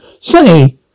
Say